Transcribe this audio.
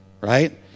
right